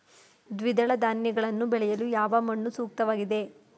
ದ್ವಿದಳ ಧಾನ್ಯಗಳನ್ನು ಬೆಳೆಯಲು ಯಾವ ಮಣ್ಣು ಸೂಕ್ತವಾಗಿದೆ?